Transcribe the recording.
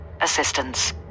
Assistance